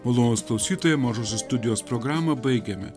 malonūs klausytojai mažosios studijos programą baigiame